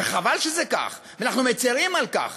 וחבל שזה כך ואנחנו מצרים על כך.